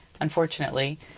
unfortunately